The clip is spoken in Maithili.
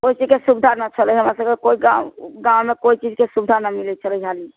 कोइ चीज के सुविधा न छलै हमरासबके कोइ गाँव गाँवमे कोइ चीज के सुविधा न मिलै छलै हाली